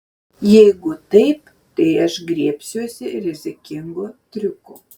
jeigu taip tai aš griebsiuosi rizikingo triuko